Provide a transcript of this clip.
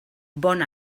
bon